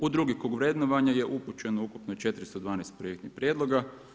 U drugi krug vrednovanja ju upućeno ukupno 412 projektnih prijedloga.